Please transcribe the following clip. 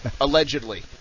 allegedly